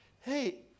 hey